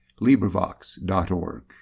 LibriVox.org